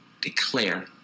declare